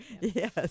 Yes